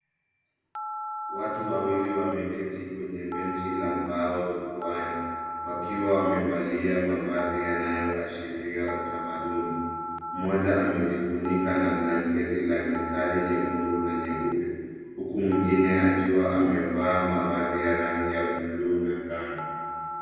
Watu wawili wameketi kwenye benchi la mbao jukwaani wakiwa wamevalia mavazi yanayoashiria utamaduni. Mmoja amejifunika na blanketi la mistari nyekundu na nyeupe, huku mwengine akiwa amevaa mavazi ya rangi ya bluu na njano.